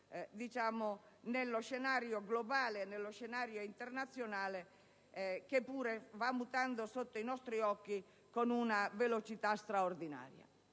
posto nello scenario globale, nello scenario internazionale, che pure va mutando sotto i nostri occhi con una velocità straordinaria.